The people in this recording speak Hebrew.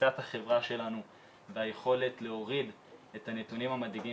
בתפיסת החברה שלנו והיכולת להוריד את הנתונים המדאיגים